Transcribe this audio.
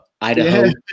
Idaho